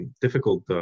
difficult